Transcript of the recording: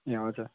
ए हजुर